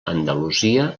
andalusia